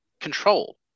control